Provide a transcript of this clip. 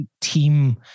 team